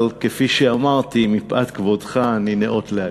אבל כפי שאמרתי, מפאת כבודך אני ניאות להשיב.